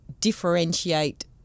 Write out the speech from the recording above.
differentiate